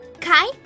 Kai